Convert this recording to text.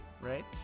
right